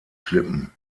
klippen